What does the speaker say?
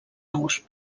nous